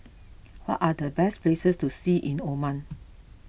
what are the best places to see in Oman